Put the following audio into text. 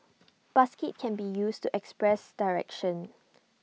basket can be used to express direction